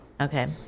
Okay